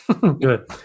good